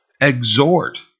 exhort